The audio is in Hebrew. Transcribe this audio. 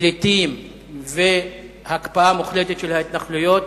פליטים והקפאה מוחלטת של ההתנחלויות,